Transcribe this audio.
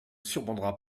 surprendra